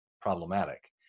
problematic